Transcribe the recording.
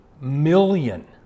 million